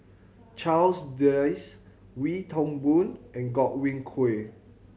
Charles Dyce Wee Toon Boon and Godwin Koay